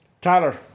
Tyler